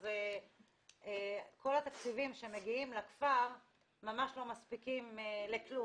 כל התקציבים שמגיעים לכפר ממש לא מספיקים לכלום,